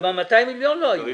גם ה-200 מיליון לא היו.